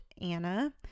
Anna